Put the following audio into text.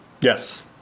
Yes